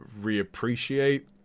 reappreciate